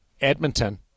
Edmonton